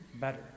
better